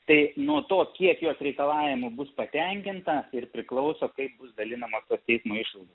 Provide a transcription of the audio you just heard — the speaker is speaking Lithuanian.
tai nuo to kiek jos reikalavimų bus patenkinta ir priklauso kaip bus dalinamos tos teismo išlaido